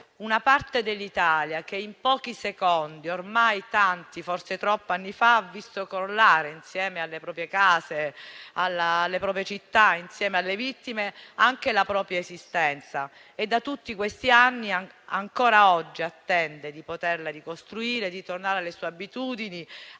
una parte dell'Italia che in pochi secondi, ormai tanti e forse troppi anni fa, ha visto crollare, insieme alle proprie case, alle proprie città e alle vittime, anche la propria esistenza e da tutti questi anni ancora oggi attende di poter ricostruire e tornare alle proprie abitudini,